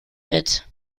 fit